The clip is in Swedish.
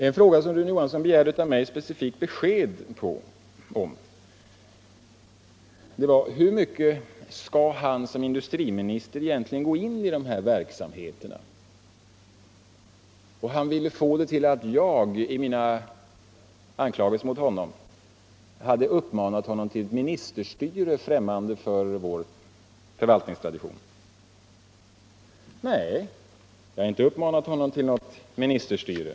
En fråga som Rune Johansson begärde specifikt svar av mig på löd: ”Hur mycket skall jag såsom industriminister egentligen gå in i des sa verksamheter?” Han ville få det till att jag i mina anklagelser mot honom hade uppmanat honom till ett ministerstyre, främmande för vår förvaltningstradition. Nej, jag har inte uppmanat honom till något ministerstyre.